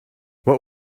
what